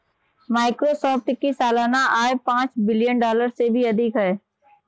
Microsoft की सालाना आय पांच बिलियन डॉलर से भी अधिक है